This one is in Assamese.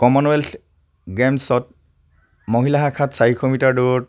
কমন ৱেল্থ গেমছত মহিলা শাখাত চাৰিশ মিটাৰ দৌৰত